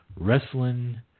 wrestling